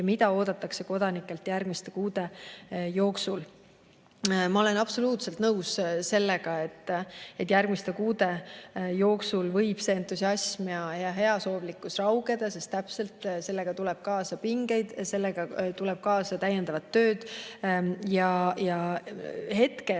mida oodatakse kodanikelt järgmiste kuude jooksul?" Ma olen absoluutselt nõus, et järgmiste kuude jooksul võib see entusiasm ja heasoovlikkus raugeda, sest täpselt nii ongi, et sellega tuleb kaasa pingeid, sellega tuleb kaasa täiendavat tööd. Me